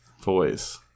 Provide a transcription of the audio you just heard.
voice